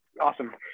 awesome